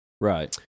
Right